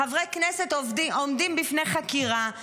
חברי כנסת עומדים בפני חקירה,